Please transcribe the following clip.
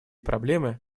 проблемы